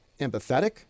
empathetic